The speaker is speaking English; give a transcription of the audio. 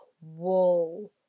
Whoa